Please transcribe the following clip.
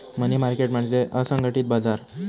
मनी market म्हणजे असंघटित बाजार